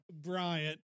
Bryant